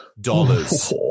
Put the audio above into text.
dollars